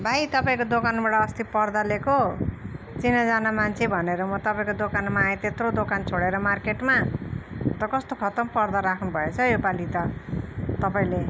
भाइ तपाईँको दोकानबाट अस्ति पर्दा लिएको चिनाजाना मान्छे भनेर म तपाईँको दोकानमा आएँ त्यत्रो दोकान छोडेर मार्केटमा त कस्तो खत्तम पर्दा राख्नु भएछ हौ यो पालि त तपाईँले